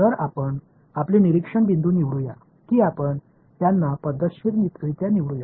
तर आपण आपले निरीक्षण बिंदू निवडूया की आपण त्यांना पद्धतशीररित्या निवडुया